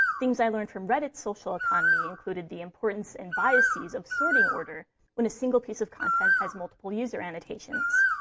things i learned from reddit's social economy included the importance and biases of sorting order when a single piece of content has multiple user annotations.